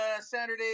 Saturday